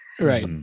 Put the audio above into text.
Right